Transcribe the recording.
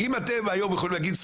האם אתם היום יכולים להגיד,